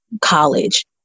college